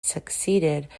succeeded